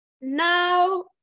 now